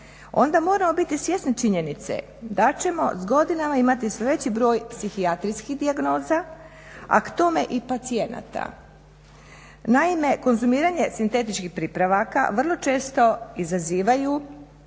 onda moramo biti svjesni činjenice da ćemo s godinama imati sve veći broj psihijatrijskih dijagnoza, a k tome i pacijenata. Naime, konzumiranje sintetičkih pripravaka vrlo često izazivaju